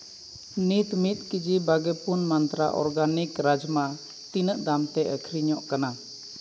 ᱱᱤᱛ ᱢᱤᱫ ᱠᱮᱡᱤ ᱵᱟᱨᱜᱮ ᱯᱩᱱ ᱢᱟᱱᱛᱨᱟ ᱚᱨᱜᱟᱱᱤᱠ ᱨᱟᱡᱽᱢᱟ ᱛᱤᱱᱟᱹᱜ ᱫᱟᱢ ᱛᱮ ᱟᱹᱠᱷᱨᱤᱧᱚᱜ ᱠᱟᱱᱟ